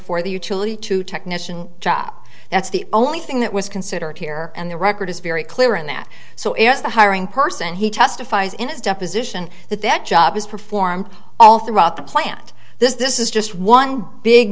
for the utility to technician job that's the only thing that was considered here and the record is very clear in that so as the hiring person he testifies in his deposition that that job is performed all throughout the plant this is just one big